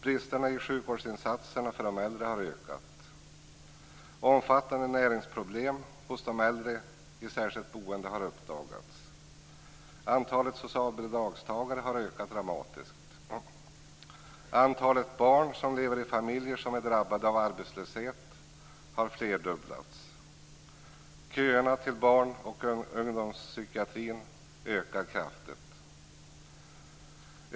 Bristerna i sjukvårdsinsatserna för de äldre har ökat. Omfattande näringsproblem hos de äldre i särskilt boende har uppdagats. Antalet socialbidragstagare har ökat dramatiskt. Antalet barn som lever i familjer som är drabbade av arbetslöshet har flerdubblats. Köerna till barn och ungdomspsykiatrin ökar kraftigt.